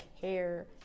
care